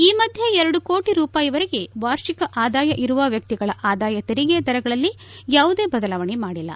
ಈ ಮಧ್ಯೆ ಎರಡು ಕೋಟಿ ರೂಪಾಯಿವರೆಗೆ ವಾರ್ಷಿಕ ಆದಾಯ ಇರುವ ವ್ಯಕ್ತಿಗಳ ಆದಾಯ ತೆರಿಗೆ ದರಗಳಲ್ಲಿ ಯಾವುದೇ ಬದಲಾವಣೆ ಮಾಡಿಲ್ಲ